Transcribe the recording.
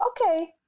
Okay